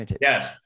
Yes